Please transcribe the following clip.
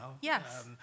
yes